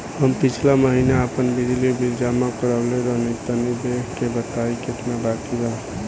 हम पिछला महीना आपन बिजली बिल जमा करवले रनि तनि देखऽ के बताईं केतना बाकि बा?